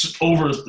over